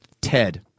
Ted